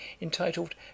entitled